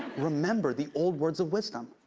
remember the old words of wisdom.